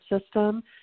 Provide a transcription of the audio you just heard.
system